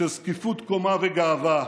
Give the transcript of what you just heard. של זקיפות קומה וגאווה,